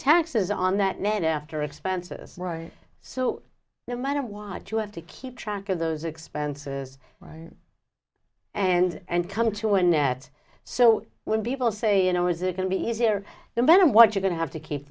taxes on that net after expenses so no matter what you have to keep track of those expenses right and and come to a net so when people say you know is it going to be easier then i'm what you going to have to keep